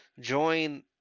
join